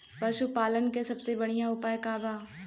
पशु पालन के सबसे बढ़ियां उपाय का बा?